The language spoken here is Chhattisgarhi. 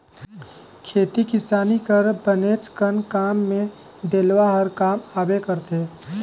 खेती किसानी कर बनेचकन काम मे डेलवा हर काम आबे करथे